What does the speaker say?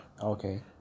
okay